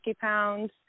pounds